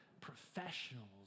professionals